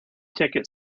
ticket